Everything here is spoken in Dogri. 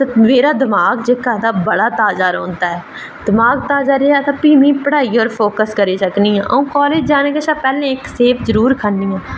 मेरा दमाग जेह्का तां बड़ा ताज़ा रौहंदा ऐ ते दमाग ताज़ा रेहा ते पढ़ाई पर फोकस करी सकनी आं ते कॉलेज़ जाने कोला पैह्लें इक सेव जरूर खन्नी आं